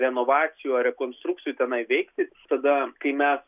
renovacijų ar rekonstrukcijų tenai veikti tada kai mes